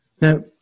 now